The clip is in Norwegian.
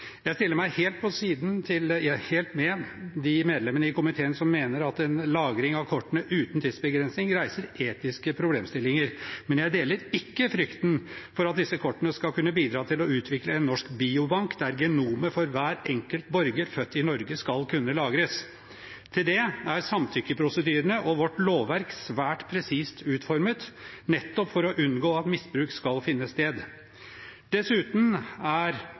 Jeg stiller meg helt bak de medlemmer i komiteen som mener at lagring av kortene uten tidsbegrensning reiser etiske problemstillinger, men jeg deler ikke frykten for at disse kortene skal kunne bidra til å utvikle en norsk biobank der genomet for hver enkelt borger født i Norge skal kunne lagres. Til det er samtykkeprosedyrene og vårt lovverk svært presist utformet, nettopp for å unngå at misbruk skal finne sted. Dessuten er